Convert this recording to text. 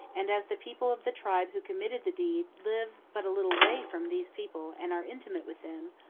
and as the people of the tribe who committed the deed live but a little way from these people and are intimate with them,